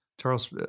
Charles